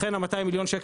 לכן, גם ה-200 מיליון ₪